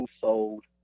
sold